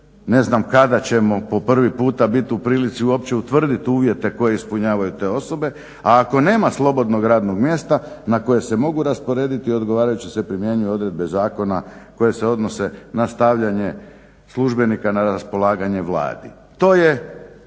Ne znam kada ćemo po prvi puta biti u prilici uopće utvrditi uvjete koje ispunjavaju te osobe, a ako nema slobodnog radnog mjesta na koje se mogu rasporediti na odgovarajuće se primjenjuju odredbe zakona koje se odnose na stavljanje službenika na raspolaganje Vladi. To je